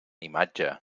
imatge